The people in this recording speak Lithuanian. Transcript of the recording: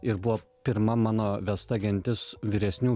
ir buvo pirma mano vesta gentis vyresnių